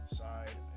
side